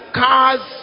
cars